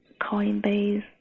Coinbase